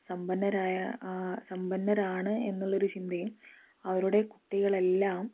സമ്പന്നരായ ആ സമ്പന്നരാണ് എന്നുള്ളൊരു ചിന്തയും അവരുടെ കുട്ടികളെല്ലാം